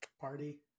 party